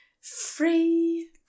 free